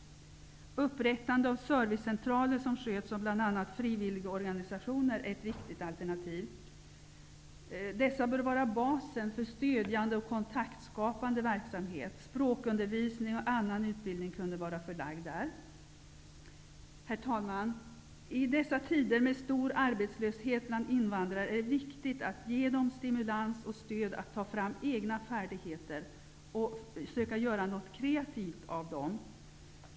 Upprät tande av servicecentraler som sköts av bl.a. frivil ligorganisationer är ett viktigt alternativ. Dessa bör vara basen för stödjande och kontaktska pande verksamhet. Språkundervisning och annan utbildning kunde ske där. Herr talman! I dessa tider med stor arbetslöshet bland invandrare är det viktigt att ge dem stimu lans och stöd att ta fram egna färdigheter och söka göra något kreativt av dessa.